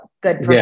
good